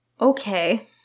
Okay